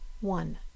One